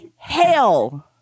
hell